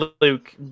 Luke